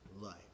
life